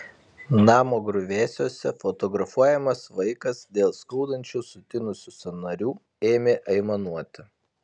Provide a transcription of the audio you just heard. namo griuvėsiuose fotografuojamas vaikas dėl skaudančių sutinusių sąnarių ėmė aimanuoti